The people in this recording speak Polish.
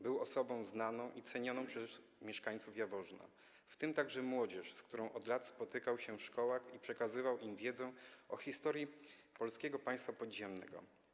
Był osobą znaną i cenioną przez mieszkańców Jaworzna, w tym także młodzież, z którą od lat spotykał się w szkołach i której przekazywał wiedzę o historii Polskiego Państwa Podziemnego.